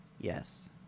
yes